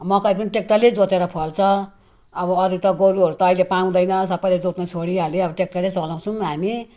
मकै पनि ट्य्राक्टरले जोतेर फल्छ अब अरू त गोरुहरू त अहिले पाउँदैन सबैले जोत्नु छोडिहाल्यो अब ट्य्राक्टरै चलाउँछौँ हामी